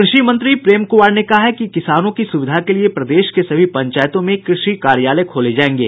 कृषि मंत्री प्रेम कुमार ने कहा है कि किसानों की सुविधा के लिए प्रदेश के सभी पंचायतों में कृषि कार्यालय खोले जायेंगे